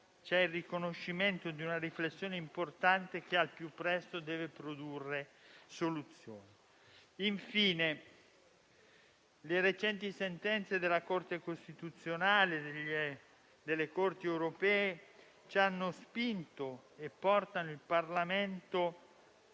c'è il riconoscimento di una riflessione importante che, al più presto, deve produrre soluzioni. Infine, le recenti sentenze della Corte costituzionale e delle Corti europee portano il Parlamento